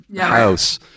house